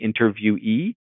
interviewee